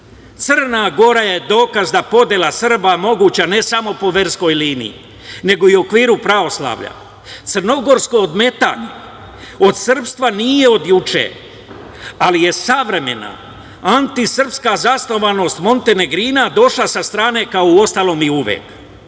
Crna Gora je dokaz da je podela Srba moguća ne samo po verskoj liniji, nego i u okviru pravoslavlja. Crnogorsko odmetanje od srpstva nije od juče, ali je savremena antisrpska zasnovanost montenegrina došla sa strane, kao uostalom i uvek. Na